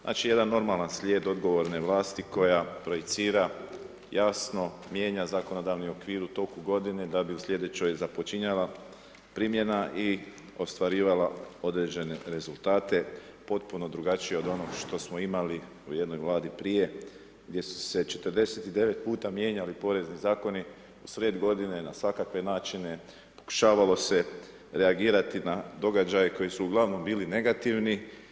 Znači jedan normalan slijed odgovorne vlasti koja projicira jasno mijenja zakonodavni okvir u toku godine da bi u sljedećoj započinjala primjena i ostvarivala određene rezultate potpuno drugačije od onog što smo imali u jednoj Vladi prije gdje su se 49 puta mijenjali porezni zakoni u sred godine na svakakve načine pokušavalo se reagirati na događaje koji su uglavnom bili negativni.